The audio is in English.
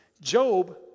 Job